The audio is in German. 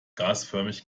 gasförmig